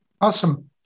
Awesome